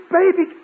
baby